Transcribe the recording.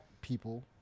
people